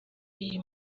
iri